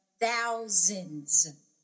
thousands